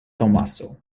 tomaso